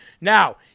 Now